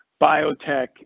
biotech